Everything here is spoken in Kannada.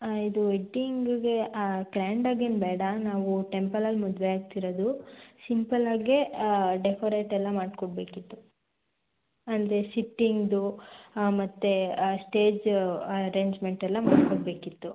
ಹಾಂ ಇದು ವೆಡ್ಡಿಂಗಿಗೆ ಗ್ರ್ಯಾಂಡಾಗೇನು ಬೇಡ ನಾವು ಟೆಂಪಲಲ್ಲಿ ಮದುವೆ ಆಗ್ತಿರೋದು ಸಿಂಪಲ್ಲಾಗೆ ಡೆಕೊರೇಟೆಲ್ಲ ಮಾಡಿಕೊಡ್ಬೇಕಿತ್ತು ಅಂದರೆ ಸಿಟ್ಟಿಂಗ್ದು ಆ ಮತ್ತು ಸ್ಟೇಜ್ ಅರೆಂಜ್ಮೆಂಟೆಲ್ಲ ಮಾಡಿಕೊಡ್ಬೇಕಿತ್ತು